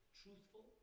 truthful